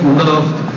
loved